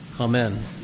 Amen